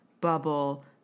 bubble